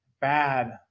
bad